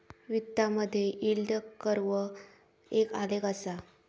वित्तामधे yield curve एक आलेख असा